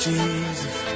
Jesus